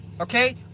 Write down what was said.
Okay